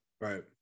Right